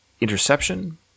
interception